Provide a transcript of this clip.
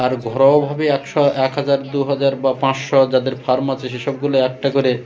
আর ঘরোয়াভাবে একশো এক হাজার দু হাজার বা পাঁচশো যাদের ফার্ম আছে সেসবগুলো একটা করে